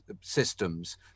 systems